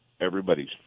everybody's